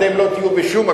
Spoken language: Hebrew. אתם לא תהיו בשום מקום.